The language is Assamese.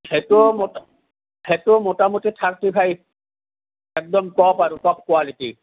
সেইটো মোটা সেইটো মোটামুটি থাৰটি ফাইভ একদম টপ আৰু টপ কোৱালিটি